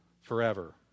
forever